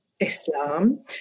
Islam